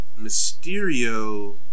Mysterio